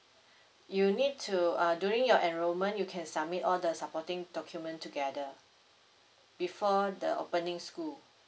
you need to uh during your enrolment you can submit all the supporting document together before the opening school